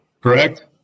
correct